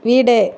வீடு